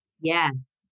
Yes